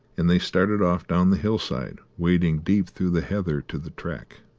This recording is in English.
and they started off down the hillside, wading deep through the heather to the track.